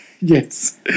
Yes